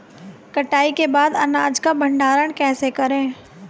कटाई के बाद अनाज का भंडारण कैसे करें?